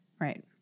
Right